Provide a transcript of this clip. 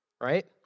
right